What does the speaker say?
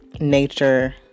nature